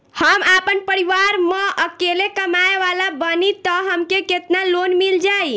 हम आपन परिवार म अकेले कमाए वाला बानीं त हमके केतना लोन मिल जाई?